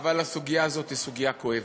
אבל הסוגיה הזאת היא סוגיה כואבת.